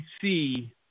see